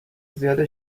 زیاد